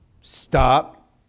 stop